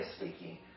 speaking